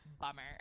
bummer